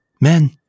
men